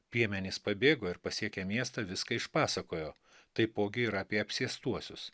piemenys pabėgo ir pasiekę miestą viską išpasakojo taipogi ir apie apsėstuosius